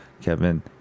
Kevin